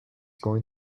going